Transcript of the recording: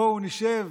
בואו נשב